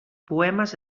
poemes